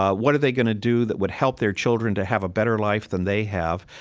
what are they going to do that would help their children to have a better life than they have?